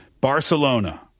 Barcelona